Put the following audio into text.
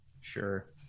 Sure